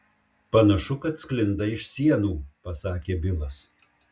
panašu kad sklinda iš sienų pasakė bilas